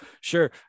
sure